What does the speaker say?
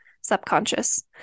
subconscious